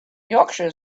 yorkshire